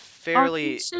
fairly